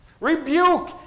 rebuke